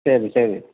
ശരി ശരി